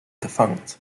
defunct